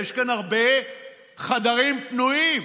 יש כאן הרבה חדרים פנויים.